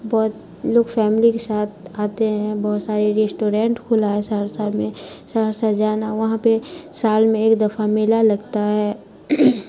بہت لوگ فیملی کے ساتھ آتے ہیں بہت سارے ریسٹورینٹ کھلا ہے سہرسہ میں سہرسہ جانا وہاں پہ سال میں ایک دفعہ میلہ لگتا ہے